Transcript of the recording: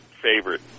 favorite